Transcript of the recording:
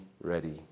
ready